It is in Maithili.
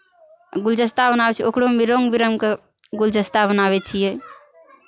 गुलदस्ता बनाबै छियै ओकरोमे रङ्ग बिरङ्गके गुलदस्ता बनाबै छियै